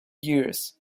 years